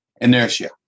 inertia